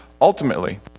Ultimately